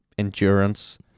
Endurance